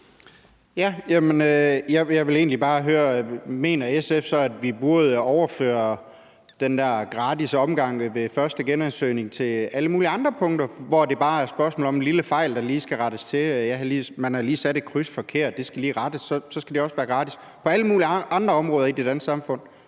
Jeg vil egentlig bare høre, om SF så mener, at vi burde overføre den der gratis omgang ved første genansøgning til alle mulige andre områder, hvor det bare er spørgsmål om en lille fejl, der lige skal rettes til, fordi man har sat et kryds forkert, som lige skal rettes. Skal det så også være gratis på alle mulige andre områder i det danske samfund?